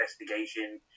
investigation